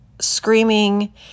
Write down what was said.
screaming